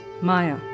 maya